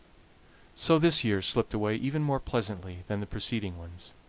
so this year slipped away even more pleasantly than the preceding ones.